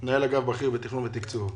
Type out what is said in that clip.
מנהל אגף בכיר בתכנון ובתקצוב במשרד.